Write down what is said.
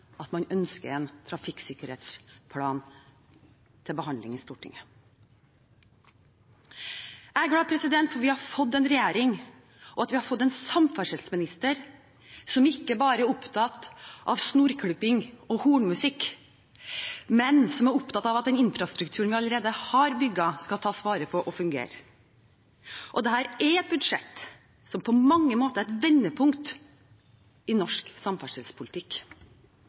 at man ønsker en trafikksikkerhetsplan til behandling i Stortinget. Jeg er glad for at vi har fått en regjering og en samferdselsminister som ikke bare er opptatt av snorklipping og hornmusikk, men som er opptatt av at den infrastrukturen vi allerede har bygd, skal tas vare på og fungere. Dette er et budsjett som på mange måter er et vendepunkt i norsk samferdselspolitikk.